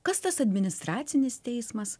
kas tas administracinis teismas